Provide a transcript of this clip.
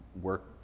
work